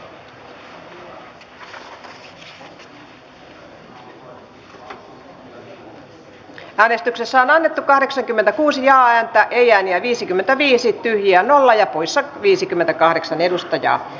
eduskunta edellyttää että hallitus aloittaa talvivaaran kaivoksen hallitun alasajon turvaten alueen luonnon ja ihmisten hyvinvoinnin ja varmistaen riittävät resurssit kainuun alueen työllisyydestä huolehtimiseen